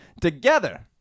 together